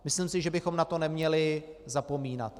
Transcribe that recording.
Myslím si, že bychom na to neměli zapomínat.